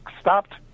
stopped